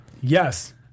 Yes